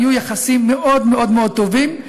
היו יחסים מאוד מאוד טובים,